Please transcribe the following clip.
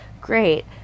great